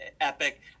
epic